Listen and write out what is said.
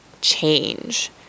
change